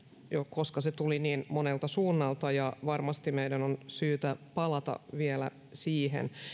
koska se tuli niin monelta suunnalta ja varmasti meidän on syytä palata vielä siihen